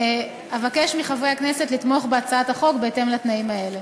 אבקש מחברי הכנסת לתמוך בהצעת החוק בהתאם לתנאים האלה.